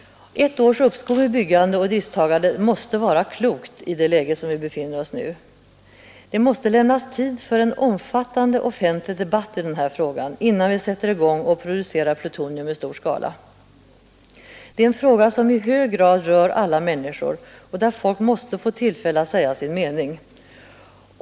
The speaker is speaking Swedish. Ett års uppskov med byggande och idrifttagande måste vara klokt i det läge som vi nu befinner oss. Det måste lämnas tid för en omfattande offentlig debatt i den här frågan, innan vi sätter i gång och producerar plutonium i stor skala. Det är en fråga som i hög grad rör alla människor och där folk måste få tillfälle att säga sin mening.